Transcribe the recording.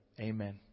Amen